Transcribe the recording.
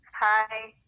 Hi